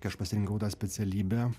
kai aš pasirinkau tą specialybę